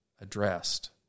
addressed